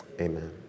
Amen